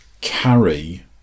carry